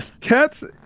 Cats